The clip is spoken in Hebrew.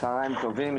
צוהריים טובים.